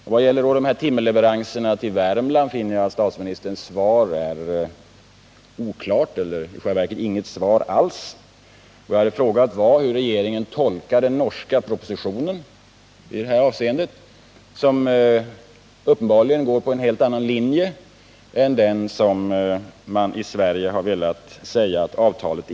I vad gäller timmerleveranserna från Värmland finner jag att statsministerns svar är oklart — i själva verket är det inget svar alls. Vad jag har frågat om är hur regeringen i detta avseende tolkar den norska propositionen, där man uppenbarligen följt en helt annan linje än den vi följt i Sverige när vi förklarat innebörden av avtalet.